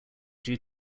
due